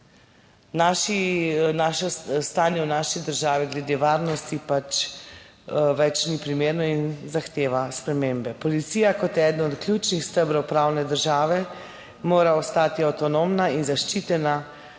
naše, stanje v naši državi glede varnosti pač več ni primerno in zahteva spremembe. Policija kot eden od ključnih stebrov pravne države mora ostati avtonomna in zaščitena